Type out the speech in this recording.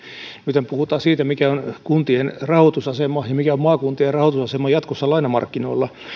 nythän puhutaan siitä mikä on kuntien rahoitusasema ja mikä on maakuntien rahoitusasema jatkossa lainamarkkinoilla